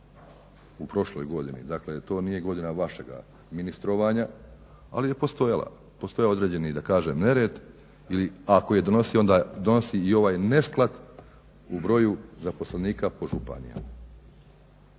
u prošloj godini. Dakle to nije godina vašega ministrovanja, ali je postojao određeni da kažem nered ili ako je donosio onda donosi i ovaj nesklad u broju zaposlenika po županijama.